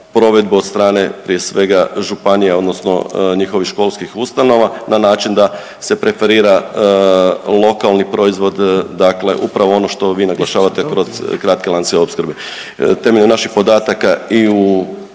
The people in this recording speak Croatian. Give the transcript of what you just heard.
provedbu od strane prije svega županija, odnosno njihovih školskih ustanova na način da se preferira lokalni proizvod, dakle upravo ono što vi naglašavate kroz kratke lance opskrbe.